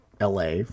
LA